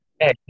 Hey